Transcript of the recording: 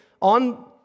on